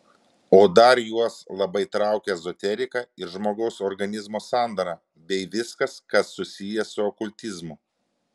o dar juos labai traukia ezoterika ir žmogaus organizmo sandara bei viskas kas susiję su okultizmu